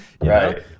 Right